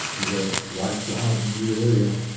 is a white-flowered and bourreria.